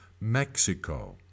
Mexico